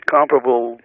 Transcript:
comparable